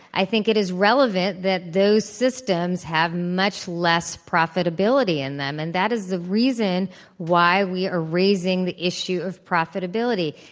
i think it is relevant that those systems have much less profitability in them. and that is the reason why we are raising the issue of profitability.